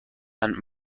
and